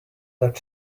that